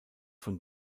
von